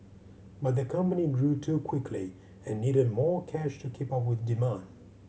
but the company grew too quickly and needed more cash to keep up with demand